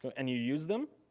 so and you use them?